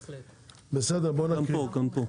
פה.